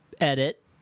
edit